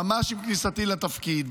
ממש עם כניסתי לתפקיד.